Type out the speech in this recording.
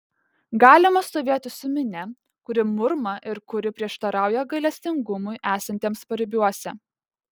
galima stovėti su minia kuri murma ir kuri prieštarauja gailestingumui esantiems paribiuose